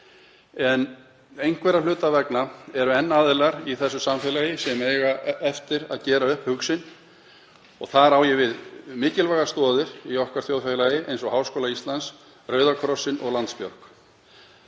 En einhverra hluta vegna eru enn aðilar í þessu samfélagi sem eiga eftir að gera upp hug sinn. Þar á ég við mikilvægar stoðir í þjóðfélagi okkar, eins og Háskóla Íslands, Rauða krossinn og Landsbjörgu.